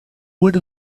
would